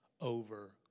over